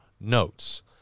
notes